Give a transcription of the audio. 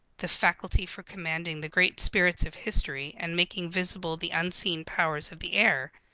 the faculty for commanding the great spirits of history and making visible the unseen powers of the air,